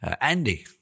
Andy